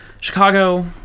Chicago